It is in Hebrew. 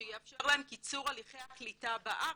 שיאפשר להם קיצור הליכי הקליטה בארץ,